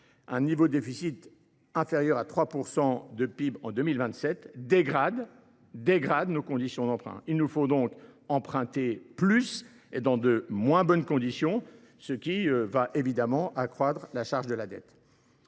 un niveau de déficit de 3 % du PIB en 2027, dégradent nos conditions d’emprunt. Il nous faut donc emprunter plus et dans de moins bonnes conditions, ce qui ne fera qu’accroître la charge de la dette.